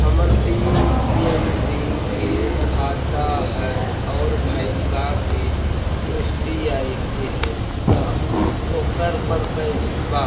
हमर पी.एन.बी के खाता है और भईवा के एस.बी.आई के है त ओकर पर पैसबा